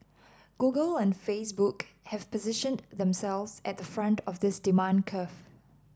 google and Facebook have positioned themselves at the front of this demand curve